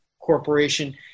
Corporation